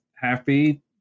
happy